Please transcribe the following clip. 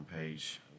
page